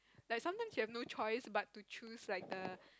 like sometimes you've no choice but to choose like the